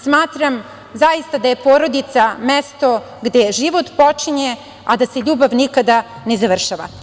Smatram zaista da je porodica mesto gde život počinje, a gde se ljubav nikad ne završava.